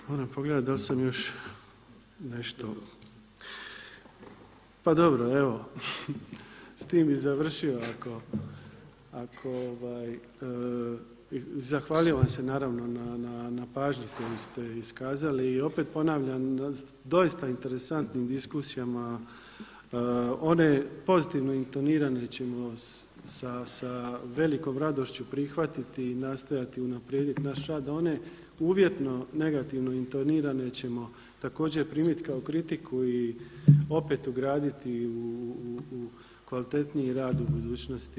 Moram pogledati da li sam još nešto, pa dobro, evo s time bih završio ako, i zahvaljujem vam se naravno na pažnji koju ste iskazali i opet ponavljam na doista interesantnim diskusijama, one pozitivno intonirane ćemo sa velikom radošću prihvatiti i nastojati unaprijediti naš rad a one uvjetno negativno intonirane ćemo također primiti kao kritiku i opet ugraditi u kvalitetniji rad u budućnosti.